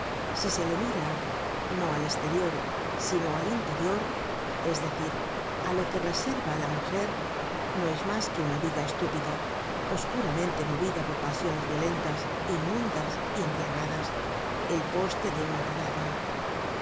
si se je mira no al esterior sino al interior es decir á lo que reserva á la mujer no es mas que una viga estúpida oscuramente movida por pasiones violentas inmundas y embriagadas el poste de una taberna